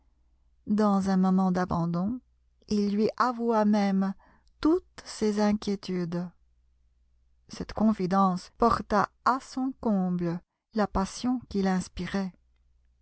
dans un moment d'abandon il lui avoua même toutes ses inquiétudes cette confidence porta à son comble la passion qu'il inspirait